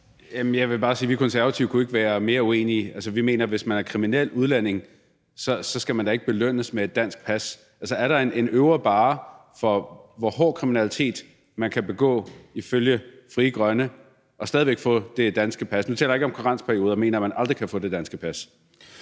jeg vil bare sige, at vi Konservative kunne ikke være mere uenige. Altså, vi mener, at hvis man er kriminel udlænding, skal man da ikke belønnes med et dansk pas. Er der ifølge Frie Grønne en øvre barre for, hvor hård kriminalitet man kan begå og stadig væk få det danske pas? Nu taler jeg ikke om karensperioder, men om, at man aldrig kan få det danske pas.